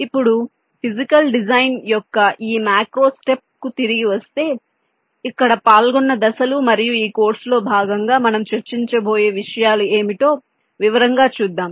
ఇప్పుడు physical design యొక్క ఈ మాక్రో స్టెప్కు తిరిగి వస్తే ఇక్కడ పాల్గొన్న దశలు మరియు ఈ కోర్సులో భాగంగా మనం చర్చించబోయే విషయాలు ఏమిటో వివరంగా చూద్దాం